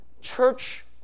church